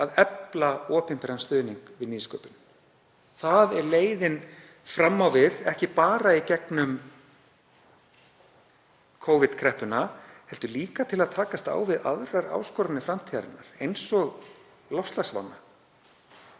að efla opinberan stuðning við nýsköpun. Það er leiðin fram á við, ekki bara í gegnum Covid-kreppuna heldur líka til að takast á við aðrar áskoranir framtíðarinnar eins og loftslagsvána.